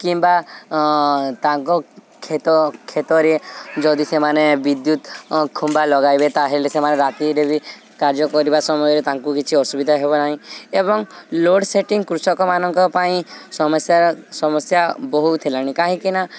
କିମ୍ବା ତାଙ୍କ କ୍ଷେତ କ୍ଷେତରେ ଯଦି ସେମାନେ ବିଦ୍ୟୁତ୍ ଖୁମ୍ବା ଲଗାଇବେ ତାହେଲେ ସେମାନେ ରାତିରେ ବି କାର୍ଯ୍ୟ କରିବା ସମୟରେ ତାଙ୍କୁ କିଛି ଅସୁବିଧା ହେବ ନାହିଁ ଏବଂ ଲୋଡ଼୍ ସେଟିଂ କୃଷକମାନଙ୍କ ପାଇଁ ସମସ୍ୟାର ସମସ୍ୟା ବହୁତ ହେଲାଣି କାହିଁକିନା